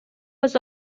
was